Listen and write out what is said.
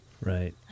Right